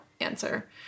answer